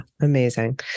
Amazing